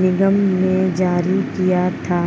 निगम ने जारी किया था